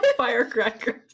firecracker